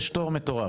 יש תור מטורף.